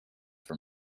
for